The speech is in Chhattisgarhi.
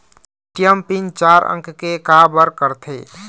ए.टी.एम पिन चार अंक के का बर करथे?